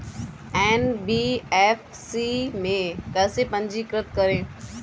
NBFC में कैसे पंजीकृत करें?